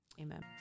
Amen